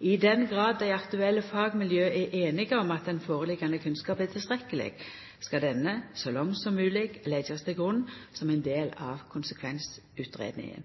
I den grad dei aktuelle fagmiljøa er einige om at kunnskapen som ligg føre, er tilstrekkeleg, skal denne så langt som mogleg leggjast til grunn som ein del av konsekvensutgreiinga.